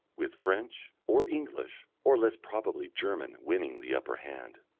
with french, or english, or less probably german winning the upper hand.